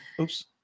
Oops